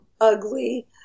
ugly